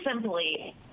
simply